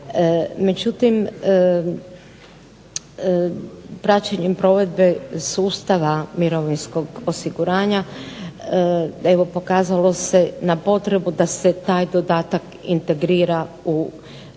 Međutim, praćenjem provedbe sustava mirovinskog osiguranja evo pokazalo se na potrebu da se taj dodatak integrira u mirovinu